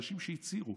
אנשים שהצהירו